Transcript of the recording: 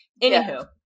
Anywho